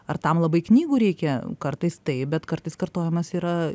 ar tam labai knygų reikia kartais taip bet kartais kartojimas yra